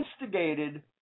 instigated